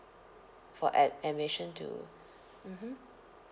for ad~ admission to mmhmm